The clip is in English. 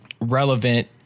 relevant